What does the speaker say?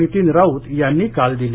नितीन राऊत यांनी काल दिली